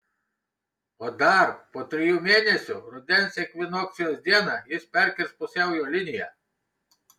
o dar po trijų mėnesių rudens ekvinokcijos dieną jis perkirs pusiaujo liniją